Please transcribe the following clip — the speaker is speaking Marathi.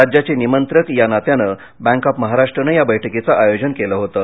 राज्याची निमंत्रक या नात्यानं बँक ऑफ महाराष्ट्र नं या बैठकीचं आयोजन केलं होतं